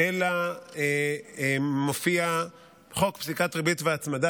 אלא מופיע: חוק פסיקת ריבית והצמדה